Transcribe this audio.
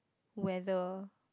weather